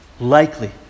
Likely